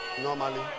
normally